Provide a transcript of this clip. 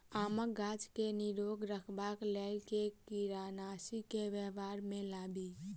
आमक गाछ केँ निरोग रखबाक लेल केँ कीड़ानासी केँ व्यवहार मे लाबी?